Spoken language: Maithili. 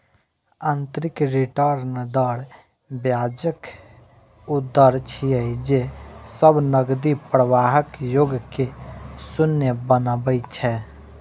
आंतरिक रिटर्न दर ब्याजक ऊ दर छियै, जे सब नकदी प्रवाहक योग कें शून्य बनबै छै